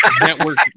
network